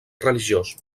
religiós